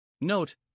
Note